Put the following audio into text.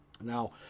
Now